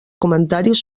comentaris